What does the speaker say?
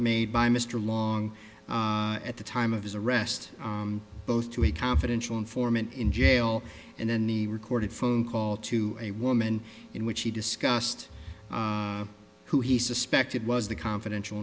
made by mr long at the time of his arrest both to a confidential informant in jail and then the recorded phone call to a woman in which he discussed who he suspected was the confidential